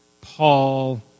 Paul